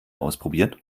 ausprobiert